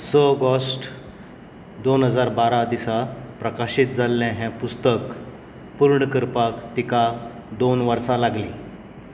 स ऑगस्ट दोन हजार बारा दिसा प्रकाशीत जाल्लें हें पुस्तक पूर्ण करपाक तिका दोन वर्सां लागलीं